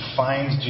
find